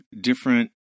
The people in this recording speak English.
different